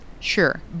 sure